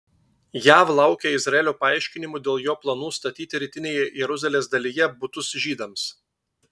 jav laukia izraelio paaiškinimų dėl jo planų statyti rytinėje jeruzalės dalyje butus žydams